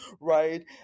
right